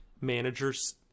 managers